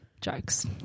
Jokes